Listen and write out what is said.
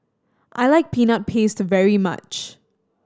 I like Peanut Paste very much